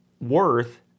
Worth